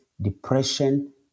depression